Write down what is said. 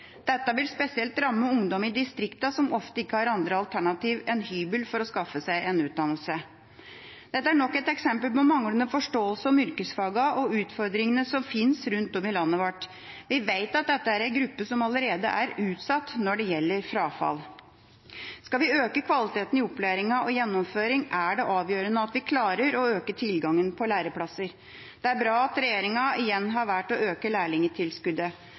Dette vil spesielt ramme ungdom i distriktene, som ofte ikke har andre alternativ enn hybel for å skaffe seg en utdannelse. Dette er nok et eksempel på manglende forståelse for yrkesfagene og utfordringene som finnes rundt omkring i landet vårt. Vi vet at dette er en gruppe som allerede er utsatt når det gjelder frafall. Skal vi øke kvaliteten i opplæringa og graden av gjennomføring, er det avgjørende at vi klarer å øke tilgangen på læreplasser. Det er bra at regjeringa igjen har valgt å øke lærlingtilskuddet,